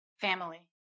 Family